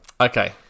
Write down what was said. Okay